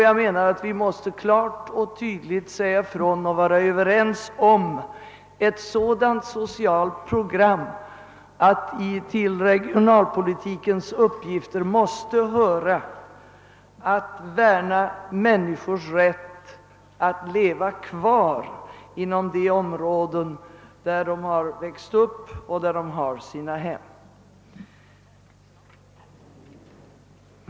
Jag menar att vi måste klart och tydligt säga ifrån och vara överens om ett sådant socialt program att till regionalpolitikens uppgifter måste höra att värna människors rätt att leva kvar inom de områden där de växt upp och där de har sina hem.